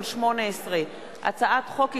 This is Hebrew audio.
פ/2473/18 וכלה בהצעת חוק פ/3506/18,